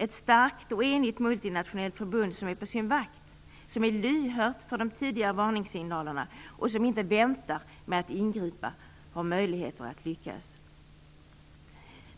Ett starkt och enigt multinationellt förbund som är på sin vakt, som är lyhört för de tidiga varningssignalerna och som inte väntar med att ingripa har möjligheter att lyckas.